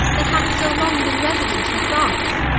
that hath so long beene resident in france?